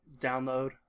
download